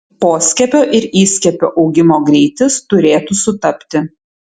poskiepio ir įskiepio augimo greitis turėtų sutapti